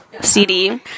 cd